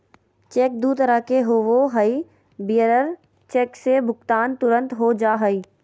cheque दू तरह के होबो हइ, बियरर चेक से भुगतान तुरंत हो जा हइ